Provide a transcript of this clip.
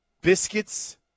Biscuits